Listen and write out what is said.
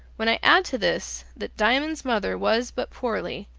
when i add to this that diamond's mother was but poorly,